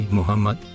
Muhammad